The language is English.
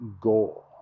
goal